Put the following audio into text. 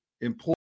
important